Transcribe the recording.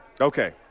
Okay